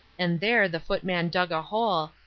and there the footman dug a hole,